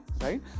right